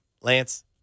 Lance